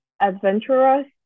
adventurous